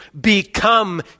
become